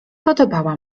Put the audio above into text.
podobała